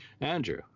Andrew